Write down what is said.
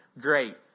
great